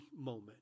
moment